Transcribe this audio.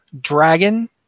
dragon